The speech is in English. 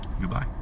Goodbye